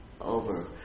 over